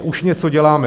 Už něco děláme.